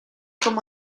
como